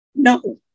No